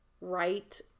write